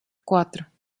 cuatro